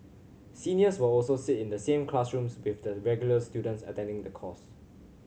seniors will also sit in the same classrooms with the regular students attending the course